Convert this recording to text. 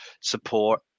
support